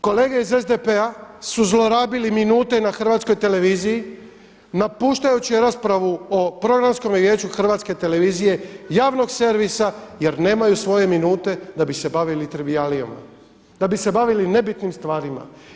Kolege iz SDP-a su zlorabili minute na Hrvatskoj televiziji napuštajući raspravu o Programskome vijeću HRT-a javnog servisa jer nemaju svoje minute da bi se bavili trivijalijama, da bi se bavili nebitnim stvarima.